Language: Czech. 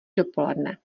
dopoledne